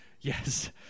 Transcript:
Yes